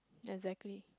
exactly